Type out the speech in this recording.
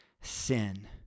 sin